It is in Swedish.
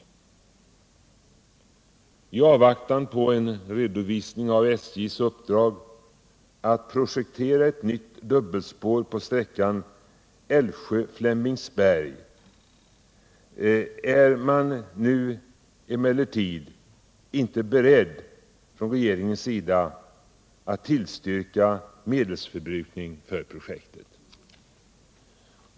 I avvaktan på en redovisning av SJ:s uppdrag att projektera ett nytt dubbelspår på sträckan Älvsjö-Flemingsberg är emellertid regeringen inte nu beredd att tillstyrka medelsförbrukning för projektet.